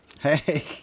Hey